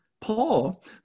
Paul